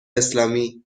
اسلامی